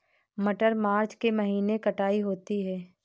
मटर मार्च के महीने कटाई होती है?